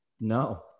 No